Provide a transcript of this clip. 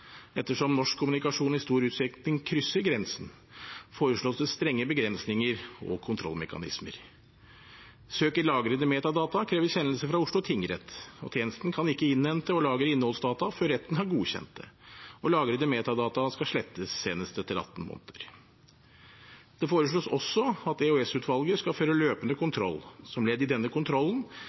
Ettersom norsk kommunikasjon i stor utstrekning krysser grensen, foreslås det strenge begrensninger og kontrollmekanismer. Søk i lagrede metadata krever kjennelse fra Oslo tingrett, og tjenesten kan ikke innhente og lagre innholdsdata før retten har godkjent det. Lagrede metadata skal slettes senest etter 18 måneder. Det foreslås også at EOS-utvalget skal føre løpende kontroll. Som ledd i denne kontrollen